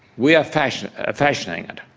we are fashioning fashioning it,